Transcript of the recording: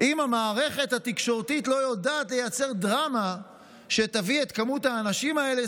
אם המערכת התקשורתית לא יודעת לייצר דרמה שתביא את כמות האנשים הזאת,